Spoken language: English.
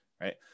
Right